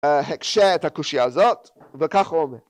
‫הקשה את הקושייה הזאת, ‫וכך הוא אומר